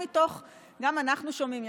גם אנחנו שומעים,